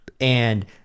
and-